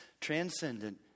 Transcendent